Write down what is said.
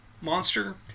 monster